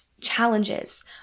challenges